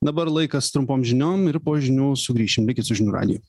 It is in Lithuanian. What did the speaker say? dabar laikas trumpom žiniom po žinių sugrįšim likit su žinių radiju